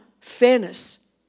fairness